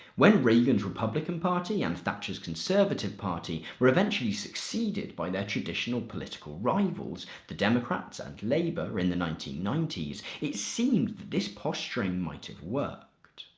when reagan's republican party and thatcher's conservative party were eventually succeeded by their traditional political rivals, the democrats and labour, in the nineteen ninety it seemed that this posturing might have worked.